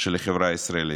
של החברה הישראלית.